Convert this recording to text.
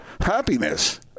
happiness